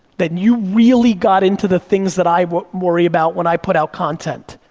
then you really got into the things that i worry worry about when i put out content,